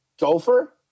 Gopher